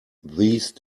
these